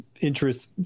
interests